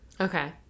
Okay